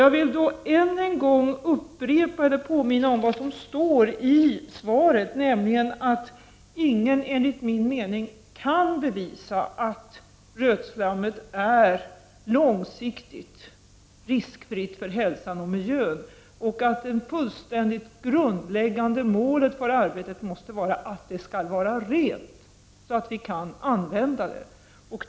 Jag vill än en gång påminna om vad som står i svaret, nämligen att ingen enligt min mening kan bevisa att rötslammet är långsiktigt riskfritt för hälsan och miljön och att det grundläggande målet för arbetet måste vara att rötslammet skall vara rent så att vi kan använda det.